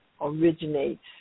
originates